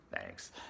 thanks